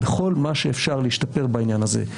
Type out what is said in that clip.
בכל מה שאפשר להשתפר בעניין הזה,